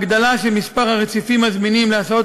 הגדלה של מספר הרציפים הזמינים להסעות